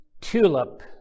TULIP